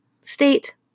state